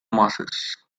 masses